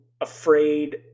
afraid